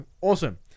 awesome